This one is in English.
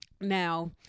now